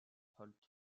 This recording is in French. holt